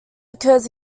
occurs